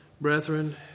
Brethren